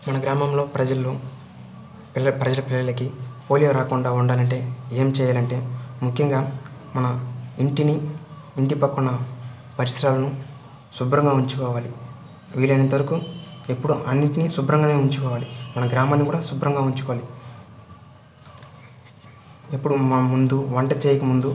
మన గ్రామంలో ప్రజలు పిల్ల ప్రజ ప్రజలకి పోలియో రాకుండా ఉండాలంటే ఏం చేయాలంటే ముఖ్యంగా మన ఇంటిని ఇంటి పక్కన పరిసరాలను శుభ్రంగా ఉంచుకోవాలి వీలైనంత వరకు ఎప్పుడూ అన్నిటిని శుభ్రంగానే ఉంచుకోవాలి మన గ్రామాన్ని కూడా శుభ్రంగా ఉంచుకోవాలి ఎప్పుడు ముందు వంట చేయకముందు